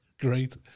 Great